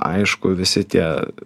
aišku visi tie